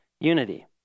unity